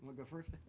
ah go first?